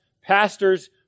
pastors